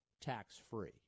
tax-free